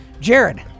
Jared